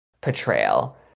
portrayal